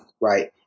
Right